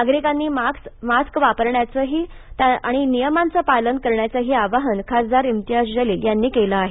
नागरीकांनी मास्क वापरण्यासह इतर नियमांचं पालन करण्याचं आवाहन खासदार इम्तियाज जलिल यांनी केलं आहे